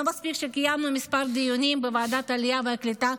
לא מספיק שקיימנו כמה דיונים בוועדת העלייה והקליטה,